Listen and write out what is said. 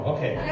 Okay